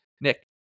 Nick